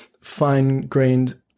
fine-grained